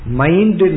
mind